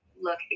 look